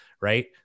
right